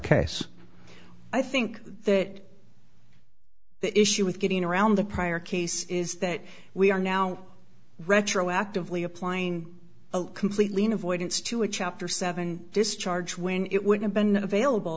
case i think that the issue with getting around the prior case is that we are now retroactively applying a completely new void it's to a chapter seven discharge when it would have been available